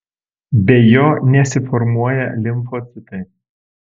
be jo nesiformuoja limfocitai